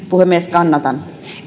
puhemies kannatan